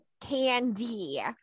candy